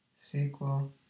Sequel